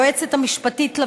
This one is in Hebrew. היועצת המשפטית לוועדה.